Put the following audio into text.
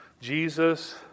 Jesus